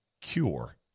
Cure